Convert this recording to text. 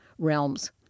realms